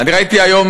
אני ראיתי היום